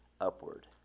upward